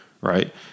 right